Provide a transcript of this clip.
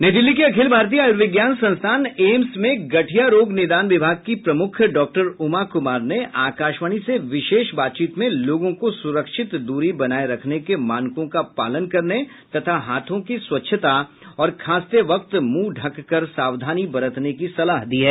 नई दिल्ली के अखिल भारतीय आयुर्विज्ञान संस्थान एम्स में गठिया रोग निदान विभाग की प्रमुख डॉक्टर उमा कुमार ने आकाशवाणी से विशेष बातचीत में लोगों को सुरक्षित दूरी बनाए रखने के मानकों का पालन करने तथा हाथों की स्वच्छता और खांसते वक्त मुंह ढककर सावधानी बरतने की सलाह दी है